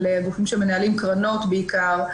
על גופים שמנהלים קרנות בעיקר,